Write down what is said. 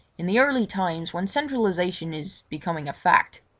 in the early times, when centralisation is becoming a fact,